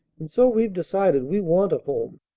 and so we've decided we want a home.